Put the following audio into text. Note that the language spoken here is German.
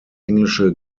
englische